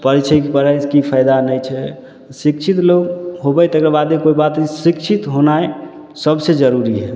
पढ़ै छै पढ़ाइसे कि फायदा नहि छै शिक्षित लोक होबै तकर बादे कोइ बात शिक्षित होनाइ सबसे जरूरी हइ